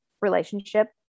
relationship